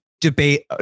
debate